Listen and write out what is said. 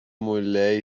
mulher